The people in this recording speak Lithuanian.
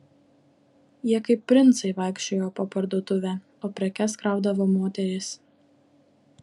jie kaip princai vaikščiojo po parduotuvę o prekes kraudavo moterys